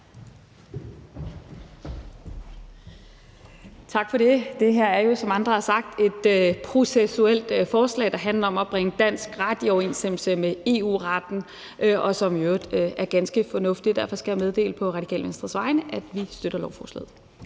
Tak for det. Det her er jo, som andre har sagt, et processuelt forslag, der handler om at bringe dansk ret i overensstemmelse med EU-retten, og som i øvrigt er ganske fornuftigt. Derfor skal jeg meddele på Radikale Venstres vegne, at vi støtter lovforslaget.